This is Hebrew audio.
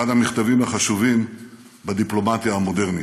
המכתבים החשובים בדיפלומטיה המודרנית.